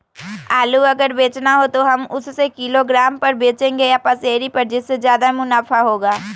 आलू अगर बेचना हो तो हम उससे किलोग्राम पर बचेंगे या पसेरी पर जिससे ज्यादा मुनाफा होगा?